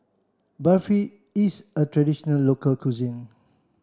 Barfi is a traditional local cuisine